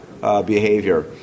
behavior